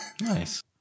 nice